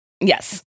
Yes